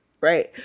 Right